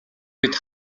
бид